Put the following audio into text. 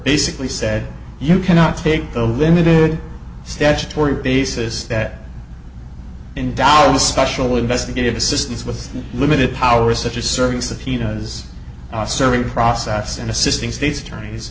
basically said you cannot take the limited statutory basis that in down the special investigative assistance with limited powers such as serving subpoenas serving process and assisting states attorneys